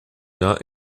not